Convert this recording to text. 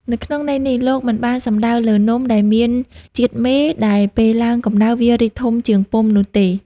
នៅក្នុងន័យនេះ លោកមិនបានសំដៅលើនំដែលមានជាតិមេ ដែលពេលឡើងកម្តៅវារីកធំជាងពុម្ពនោះទេ។